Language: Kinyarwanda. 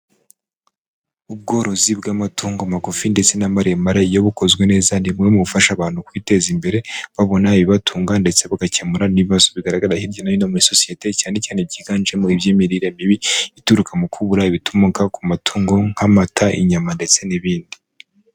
Ubworozi bw'amatungo magufi ndetse n'amaremare, iyo bukozwe neza ni bumwe mu bufasha abantu kwiteza imbere, babona ibibatunga ndetse bugakemura n'ibibazo bigaragara hirya hino muri sosiyete, cyane cyane byiganjemo iby'imirire mibi, ituruka mu kubura ibituruka ku matungo, nk'amata, inyama ndetse n'ibindi.